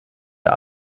der